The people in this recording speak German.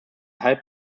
halb